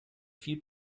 viel